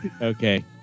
Okay